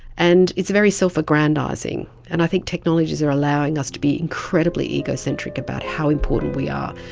and it's very self-aggrandising. and i think technologies are allowing us to be incredibly egocentric about how important we are